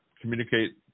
communicate